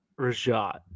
Rajat